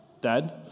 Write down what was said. dad